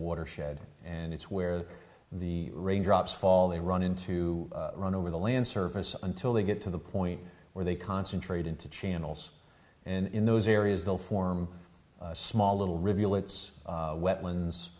watershed and it's where the rain drops fall they run into run over the land surface until they get to the point where they concentrate into channels and in those areas they'll form small little reveal its